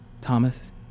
Thomas